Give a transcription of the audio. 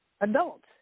adults